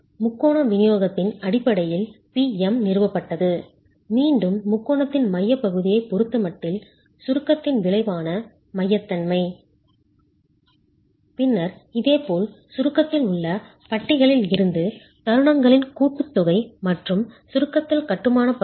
முக்கோண விநியோகத்தின் அடிப்படையில் P M நிறுவப்பட்டது மீண்டும் முக்கோணத்தின் மையப்பகுதியைப் பொறுத்தமட்டில் சுருக்கத்தின் விளைவான மையத்தன்மை பின்னர் இதேபோல் சுருக்கத்தில் உள்ள பட்டிகளில் இருந்து தருணங்களின் கூட்டுத்தொகை மற்றும் சுருக்கத்தில் கட்டுமான பகுதி